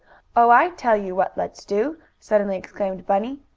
oh, i tell you what let's do! suddenly exclaimed bunny.